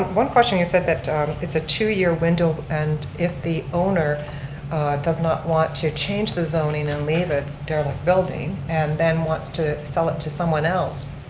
one question, you said that it's a two year window and if the owner does not want to change the zoning and leave a derelict building and then wants to sell it to someone else,